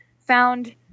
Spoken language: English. found